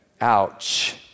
Ouch